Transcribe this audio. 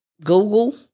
Google